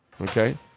Okay